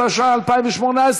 התשע''ח 2018,